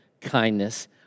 kindness